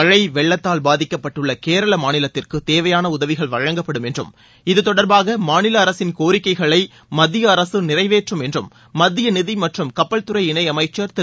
மழை வெள்ளத்தால் பாதிக்கப்பட்டுள்ள கேரளா மாநிலத்திற்கு தேவையான உதவிகள் வழங்கப்படும் என்றும் இது தொடர்பாக மாநில அரசின் கோரிக்கைகளை மத்திய அரசு நிறைவேற்றும் என்றும் மத்திய நிதி மற்றும் கப்பல்துறை இணையமைச்சர் திரு